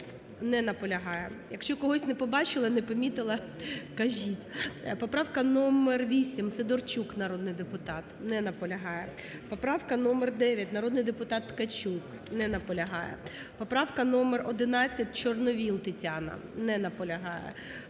Не наполягає. Якщо когось не побачила, не помітила – кажіть. Поправка номер 8, Сидорчук, народний депутат. Не наполягає. Поправка номер 9, народний депутат Ткачук. Не наполягає. Поправка номер 11, Чорновол Тетяна. Не наполягає.